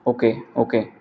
okay okay